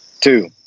Two